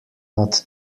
not